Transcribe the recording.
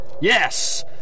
Yes